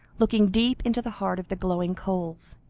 looking deep into the heart of the glowing coals.